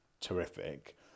terrific